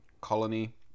colony